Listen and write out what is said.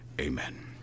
amen